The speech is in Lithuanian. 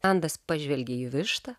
andas pažvelgė į vištą